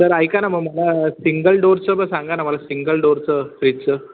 sir ऐका ना मं मला सिंगल डोअरचं पण सांगा ना मला सिंगल डोअरचं फ्रिजचं